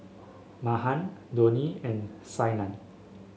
Mahan Dhoni and Saina